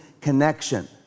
connection